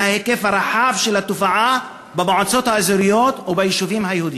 מההיקף הרחב של התופעה במועצות האזוריות וביישובים היהודיים.